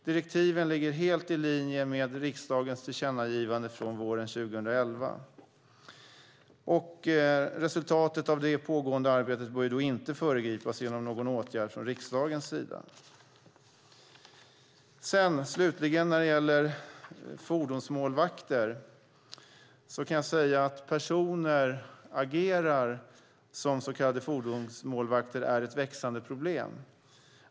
Direktiven ligger helt i linje med riksdagens tillkännagivande från våren 2011. Resultatet av det pågående arbetet bör inte föregripas genom någon åtgärd från riksdagens sida. Slutligen när det gäller fordonsmålvakter kan jag säga att personer som agerar som så kallade fordonsmålvakter är ett växande problem.